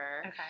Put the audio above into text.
Okay